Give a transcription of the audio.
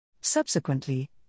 Subsequently